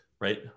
Right